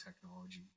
technology